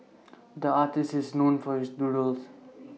the artist is known for his doodles